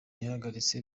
yahagaritse